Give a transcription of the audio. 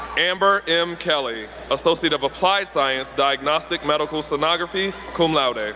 amber m. kelly, associate of applied science, diagnostic medical sonography, cum laude. ah